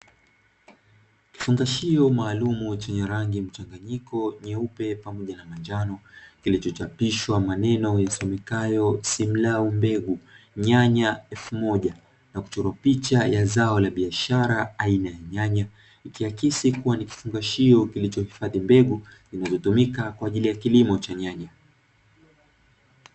Kifungashio maalumu chenye rangi mchanganyiko nyeupe pamoja na njano kilichochapishwa maneno yasomekayo "Simlaw mbegu nyanya elfu moja", na kuchorwa picha ya zao la biashara aina ya nyanya, ikiakisi kuwa ni kifungashio kilichohifadhi mbegu zinazotumika kwa ajili ya kilimo cha nyanya.